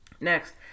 Next